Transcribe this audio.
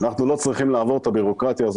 אנחנו לא צריכים לעבור את הבירוקרטיה הזאת